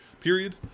Period